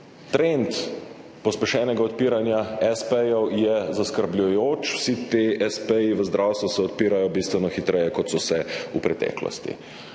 Trend pospešenega odpiranja espeja je zaskrbljujoč. Vsi ti espeji se v zdravstvu odpirajo bistveno hitreje, kot so se v preteklosti.